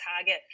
target